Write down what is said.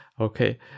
okay